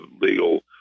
legal